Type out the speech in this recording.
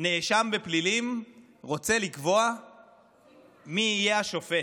נאשם בפלילים רוצה לקבוע מי יהיה השופט.